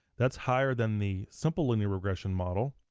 that's higher than the simple linear regression model.